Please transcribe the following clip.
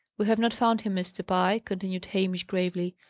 we have not found him. mr. pye, continued hamish, gravely,